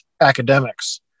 academics